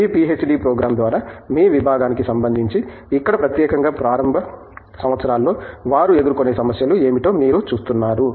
మీ PhD programme ద్వారా మీ విభాగానికి సంబంధించి ఇక్కడ ప్రత్యేకంగా ప్రారంభ సంవత్సరాల్లో వారు ఎదుర్కొనే సమస్యలు ఏమిటో మీరు చూస్తున్నారు